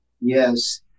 Yes